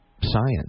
science